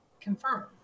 confirm